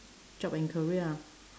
job and career ah